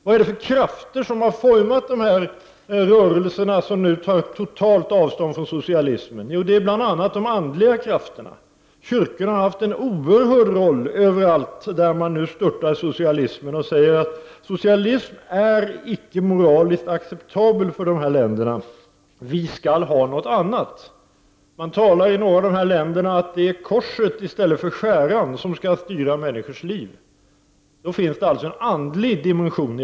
Vilka krafter formar de rörelser som nu tar totalt avstånd från socialismen? Jo, det är bl.a. de andliga krafterna. Kyrkorna har spelat en oerhört stor roll överallt där man nu störtar socialismen och säger att socialismen icke är moraliskt acceptabel för dessa länder. ”Vi skall ha något annat.” I några av dessa länder talar man om att det är korset i stället för skäran som skall styra människors liv. Då finns det alltså en andlig dimension.